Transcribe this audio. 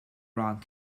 rock